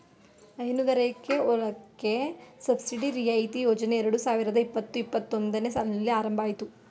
ಹೈನುಗಾರಿಕೆ ಹೊಲಕ್ಕೆ ಸಬ್ಸಿಡಿ ರಿಯಾಯಿತಿ ಯೋಜನೆ ಎರಡು ಸಾವಿರದ ಇಪ್ಪತು ಇಪ್ಪತ್ತೊಂದನೇ ಸಾಲಿನಲ್ಲಿ ಆರಂಭ ಅಯ್ತು